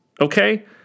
Okay